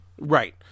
Right